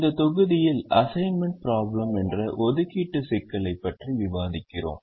இந்த தொகுதியில் assignment problem என்ற ஒதுக்கீட்டு சிக்கலைப் பற்றி விவாதிக்கிறோம்